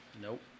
Nope